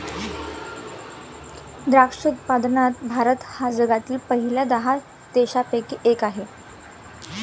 द्राक्ष उत्पादनात भारत हा जगातील पहिल्या दहा देशांपैकी एक आहे